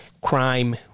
crime